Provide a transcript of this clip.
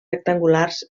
rectangulars